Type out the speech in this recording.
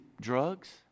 drugs